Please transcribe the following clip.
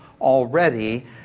already